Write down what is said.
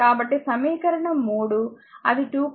కాబట్టి సమీకరణం 3 అది 2